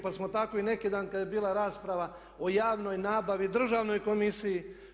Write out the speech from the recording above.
Pa smo tako i neki dan kad je bila rasprava o javnoj nabavi, Državnoj komisiji.